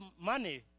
money